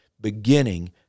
beginning